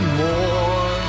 more